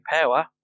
Power